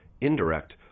indirect